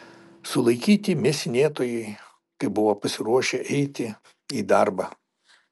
sulaikyti mėsinėtojai kai buvo pasiruošę eiti į darbą